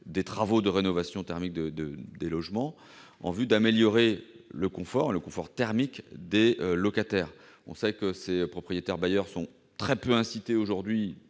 des travaux de rénovation thermique des logements en vue d'améliorer le confort thermique des locataires. On le sait, les propriétaires bailleurs sont aujourd'hui